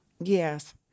Yes